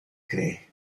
cree